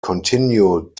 continued